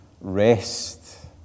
rest